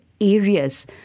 areas